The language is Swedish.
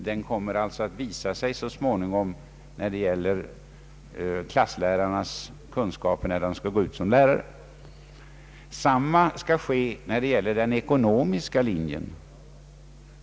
Den kommer att så småningom visa sig i klasslärarnas kunskaper när de skall gå ut som lärare. Detsamma skall ske i fråga om den ekonomiska linjen.